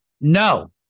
No